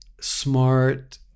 smart